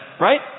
Right